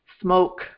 smoke